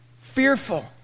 fearful